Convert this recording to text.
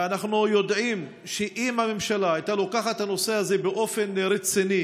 ואנחנו יודעים שאם הממשלה הייתה לוקחת את הנושא הזה באופן רציני,